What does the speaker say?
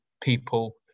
people